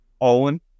Owen